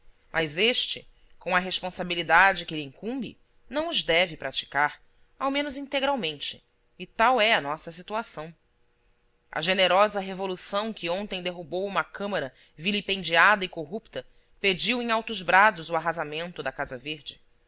mas este com a responsabilidade que lhe incumbe não os deve praticar ao menos integralmente e tal é a nossa situação a generosa revolução que ontem derrubou uma câmara vilipendiada e corrupta pediu em altos brados o arrasamento da casa verde